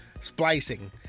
splicing